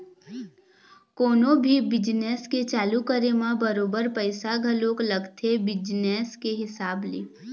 कोनो भी बिजनेस के चालू करे म बरोबर पइसा घलोक लगथे बिजनेस के हिसाब ले